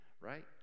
Right